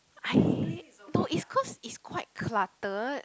I hate no it's cause it's quite cluttered